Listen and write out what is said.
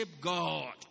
God